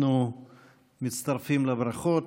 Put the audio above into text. אנחנו מצטרפים לברכות